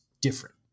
different